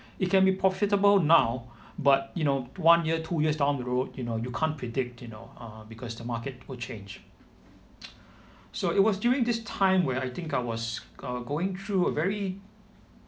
it can profitable now but you know one year two years down the road you know you can't predict you know uh because the market would change so it was during this time where I think I was uh going through a very